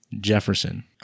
Jefferson